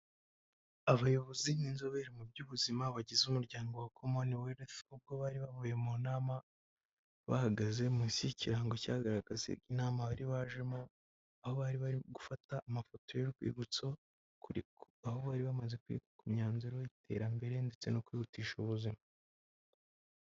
Abayobozi b'inzobere mu by'ubuzima bagize umuryango wa common wealth ubwo bari bahuye mu nama bahagaze munsi y'ikirango cyagaragaza inama bari bajemo aho bari bari gufata amafoto y'urwibutso aho bari bamaze kwiga ku myanzuro y'iterambere ndetse no kwihutisha ubuzima.